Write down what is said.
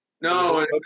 No